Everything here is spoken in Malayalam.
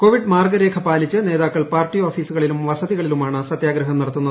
കോവിഡ് മാർഗരേഖ പാലിച്ച് നേതാക്കൾ പാർട്ടി ഓഫീസുകളിലും വസതികളിലുമാണ് സത്യഗ്രഹം നടത്തുന്നത്